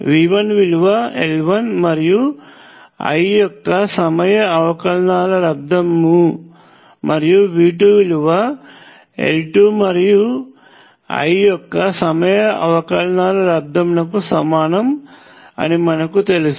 V1 విలువ L1 మరియు I యొక్క సమయ అవకలనాల లబ్దము మరియు V2 విలువ L2 మరియు I యొక్క సమయ అవకలనాల లబ్దమునకు సమానము అని మనకు తెలుసు